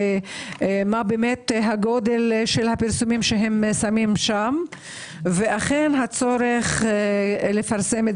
מה באמת גודל הפרסומים שהם שמים שם ואכן הצורך לפרסם את